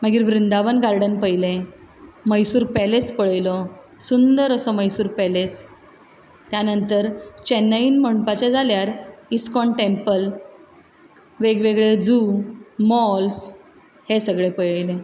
मागीर वृंदावन गार्डन पयलें मैसूर पॅलस पळयलो सुंदर आसा मैसूर पॅलस त्या नंतर चेन्नईन म्हणपाचें जाल्यार इस्कॉन टॅम्पल वेगवेगळे जू मॉल्स हें सगळें पळयलें